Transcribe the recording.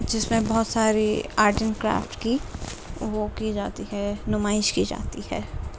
جس میں بہت ساری آرٹ اینڈ کرافٹ کی وہ کی جاتی ہے نمائش کی جاتی ہے